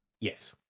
Yes